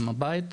אם בית,